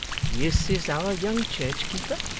this is our young church-keeper?